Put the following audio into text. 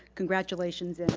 congratulations. and